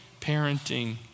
Parenting